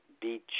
beach